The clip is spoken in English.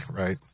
right